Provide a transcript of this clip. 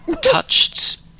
touched